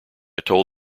told